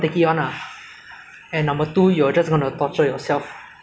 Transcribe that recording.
so now this area is under who which M_P ah